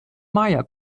maya